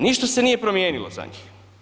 Ništa se nije promijenilo za njih.